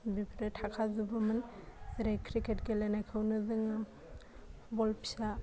बेफोरो थाखा जोबोमोन जेरै क्रिकेट गेलेनायखौनो जोङो बल फिसा